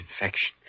infection